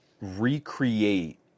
recreate